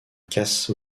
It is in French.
casse